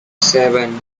seven